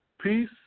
Peace